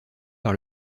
par